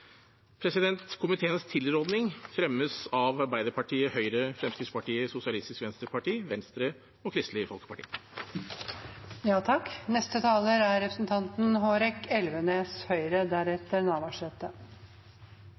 Komiteens tilrådning fremmes av Arbeiderpartiet, Høyre, Fremskrittspartiet, Sosialistisk Venstreparti, Venstre og Kristelig